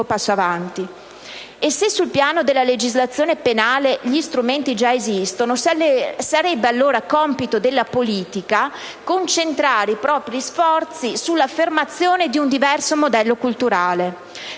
E se sul piano della legislazione penale gli strumenti già esistono, sarebbe allora compito della politica concentrare i propri sforzi sull'affermazione di un diverso modello culturale.